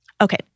Okay